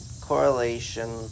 correlation